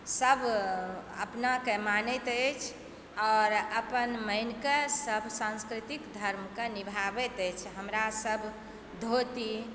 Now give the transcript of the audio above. सब अपना के मानैत अछि आओर अपन माटिके सब सांस्कृतिक धर्मके निभाबैत अछि हमरा सब धोती